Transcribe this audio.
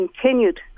continued